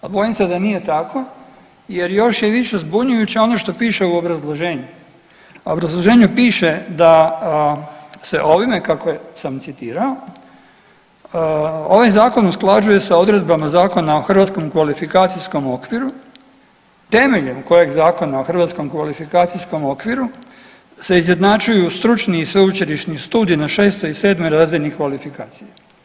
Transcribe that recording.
A bojim se da nije tako jer još je više zbunjujuće ono što piše u obrazloženju a u obrazloženju piše da se ovime kako sam citirao, ovaj zakon usklađuje sa odredbama Zakona o hrvatskom kvalifikacijskom okviru temeljem kojeg Zakona o hrvatskom kvalifikacijskom okviru se izjednačuju stručni i sveučilišni studiji na 6 i 7 razini kvalifikacije.